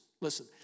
Listen